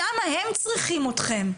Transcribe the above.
שם הם צריכים אתכם.